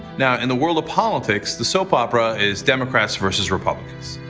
now, in the world of politics, the soap opera is. democrats versus republicans.